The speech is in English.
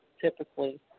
typically